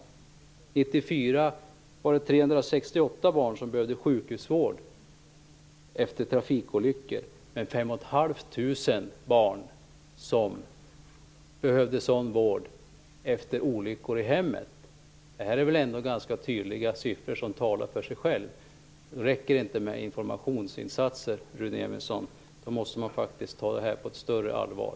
1994 behövde 368 barn sjukhusvård efter trafikolyckor, men ca 5 500 barn behövde sjukhusvård efter olyckor i hemmet. Detta är ganska tydliga siffror som talar för sig själva. Det räcker inte med informationsinsatser, Rune Evensson. Man måste faktiskt ta det här på ett större allvar.